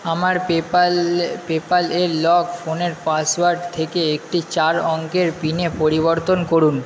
আমার PayPal PayPal এর lock ফোনের পাসওয়ার্ড থেকে একটি চার অঙ্কের পিনে পরিবর্তন করুন